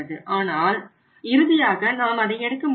ஆனால் இறுதியாக நாம் அதை எடுக்க முடியாது